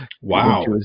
Wow